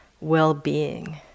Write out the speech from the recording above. well-being